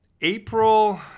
April